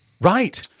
Right